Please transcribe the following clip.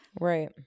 Right